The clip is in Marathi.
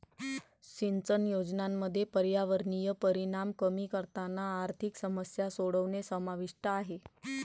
सिंचन योजनांमध्ये पर्यावरणीय परिणाम कमी करताना आर्थिक समस्या सोडवणे समाविष्ट आहे